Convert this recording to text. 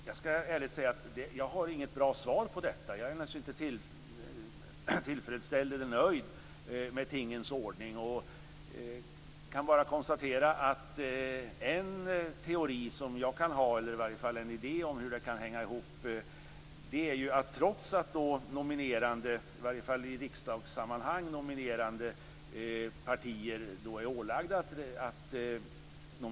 Fru talman! Jag skall ärligt säga att jag inte har något bra svar. Jag är inte tillfredsställd eller nöjd med tingens ordning. Jag kan bara konstatera att jag har en idé om hur det kan hänga ihop. Nominerande partier är ålagda att nominera personer av båda könen.